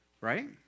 Right